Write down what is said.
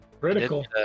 Critical